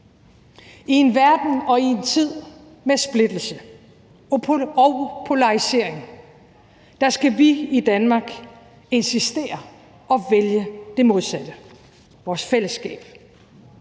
I en verden og i en tid med splittelse og polarisering skal vi i Danmark insistere på at vælge det modsatte: vores fællesskab.